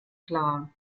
klar